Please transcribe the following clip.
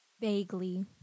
Vaguely